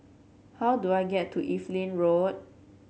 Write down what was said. how do I get to Evelyn Road